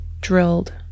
drilled